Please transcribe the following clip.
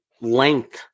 length